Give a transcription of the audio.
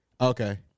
Okay